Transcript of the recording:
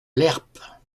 lerps